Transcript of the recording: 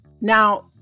Now